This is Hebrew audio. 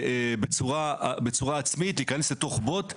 מצליחים, בצורה עצמית, להיכנס לתוך בוט.